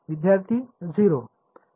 विद्यार्थीः 0